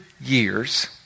years